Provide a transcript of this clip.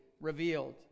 revealed